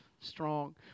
Strong